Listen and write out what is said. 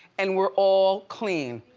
and we're all clean.